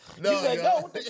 No